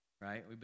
right